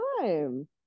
time